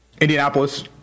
Indianapolis